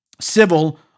civil